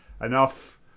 enough